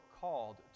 called